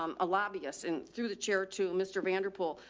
um, ah, lobbyists and threw the chair to mr vanderpool.